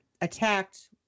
attacked